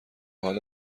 حالا